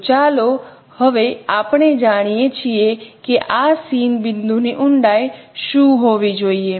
તો હવે ચાલો આપણે જાણીએ છીએ કે આ સીન બિંદુની ઊંડાઈ શું હોવી જોઈએ